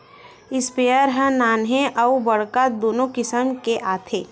sprayer ह नान्हे अउ बड़का दुनो किसम के आथे